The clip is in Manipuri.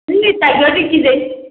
ꯍꯨꯡ ꯃꯤ ꯇꯥꯏꯒꯔꯗꯤ ꯀꯤꯖꯩ